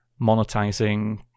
monetizing